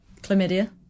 chlamydia